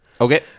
Okay